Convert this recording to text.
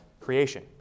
creation